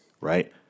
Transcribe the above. right